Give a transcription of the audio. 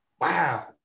wow